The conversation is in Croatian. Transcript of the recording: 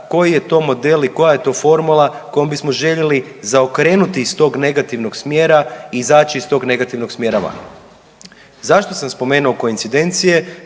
koji je to model i koja je to formula kojom bismo željeli zaokrenuti iz tog negativnog smjera i izaći iz tog negativnog smjera van. Zašto sam spomenuo koincidencije?